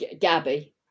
Gabby